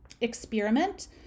experiment